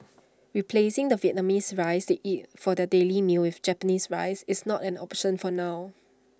replacing the Vietnamese rice they eat for their daily meals with Japanese rice is not an option for now